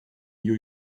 new